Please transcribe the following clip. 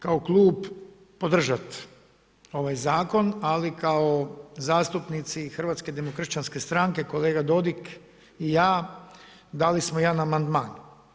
Mi ćemo kao klub podržati ovaj zakon, ali kao zastupnici Hrvatske demokršćanske stranke, kolega Dodig i ja, dali smo jedan amandman.